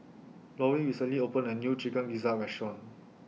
Laurie recently opened A New Chicken Gizzard Restaurant